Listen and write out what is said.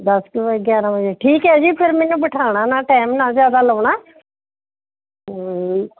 ਦਸ ਕੁ ਗਿਆਰਾਂ ਵਜੇ ਠੀਕ ਹੈ ਜੀ ਫਿਰ ਮੈਨੂੰ ਬਿਠਾਉਣਾ ਨਾ ਟਾਈਮ ਨਾ ਜ਼ਿਆਦਾ ਲਾਉਣਾ ਹਾ